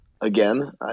again